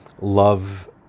love